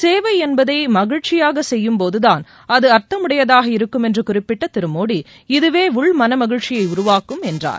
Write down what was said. சேவை என்பதை மகிழச்சியாக செய்யும்போதுதான் அது அர்த்தமுடையதாக இருக்கும் என்று குறிப்பிட்ட திரு மோடி இதுவே உள்மன மகிழச்சியை உருவாக்கும் என்றார்